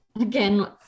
Again